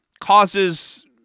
causes